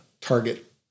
target